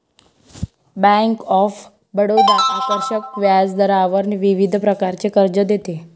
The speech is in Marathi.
बँक ऑफ बडोदा आकर्षक व्याजदरावर विविध प्रकारचे कर्ज देते